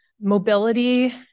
Mobility